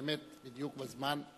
באמת בדיוק בזמן.